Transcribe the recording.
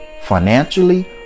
financially